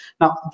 Now